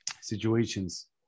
situations